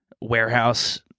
warehouse